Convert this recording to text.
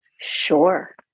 Sure